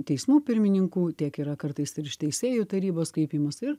teismų pirmininkų tiek yra kartais ir iš teisėjų tarybos kreipimųsi ir